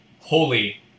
Holy